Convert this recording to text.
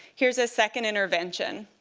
here's a second intervention.